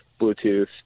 Bluetooth